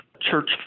church